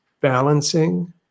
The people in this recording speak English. balancing